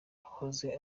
wahoze